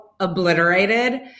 obliterated